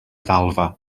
ddalfa